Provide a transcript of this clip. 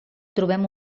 trobem